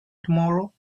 tomorrow